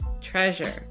Treasure